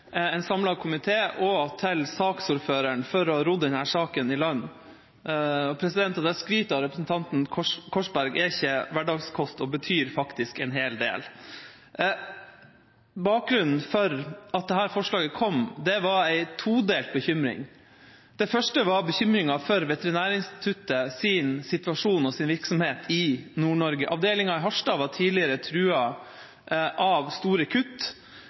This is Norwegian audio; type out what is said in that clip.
av representanten Korsberg, er ikke hverdagskost og betyr faktisk en hel del. Bakgrunnen for at dette forslaget kom, var en todelt bekymring. Det første var bekymringa for Veterinærinstituttets situasjon og virksomhet i Nord-Norge. Avdelinga i Harstad var tidligere truet av store kutt.